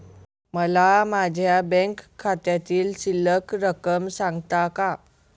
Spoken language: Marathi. मला माझ्या बँक खात्यातील शिल्लक रक्कम सांगता का?